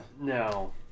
No